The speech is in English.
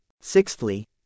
Sixthly